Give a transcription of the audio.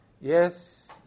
Yes